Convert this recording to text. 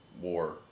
war